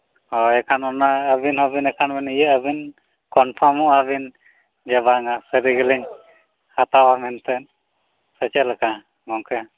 ᱦᱳᱭ ᱮᱱᱠᱷᱟᱱ ᱚᱱᱟ ᱟᱵᱮᱱ ᱦᱚᱸᱵᱮᱱ ᱮᱱᱠᱷᱟᱱᱵᱮᱱ ᱤᱭᱟᱹᱜ ᱟᱵᱮᱱ ᱠᱚᱱᱯᱷᱨᱢᱚᱜ ᱟᱵᱮᱱ ᱡᱮ ᱵᱟᱝᱼᱟ ᱥᱟᱹᱨᱤᱜᱮᱞᱤᱧ ᱦᱟᱛᱟᱣᱟ ᱢᱮᱱᱛᱮ ᱥᱮ ᱪᱮᱫᱞᱮᱠᱟ ᱜᱚᱢᱠᱮ